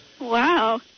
Wow